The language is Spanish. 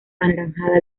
anaranjada